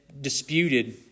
disputed